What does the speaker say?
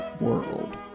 world